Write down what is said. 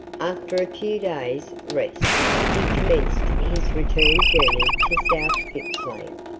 after a few days' rest he commenced his return journey to south gippsland,